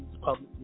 public